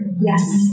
Yes